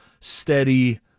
steady